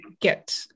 get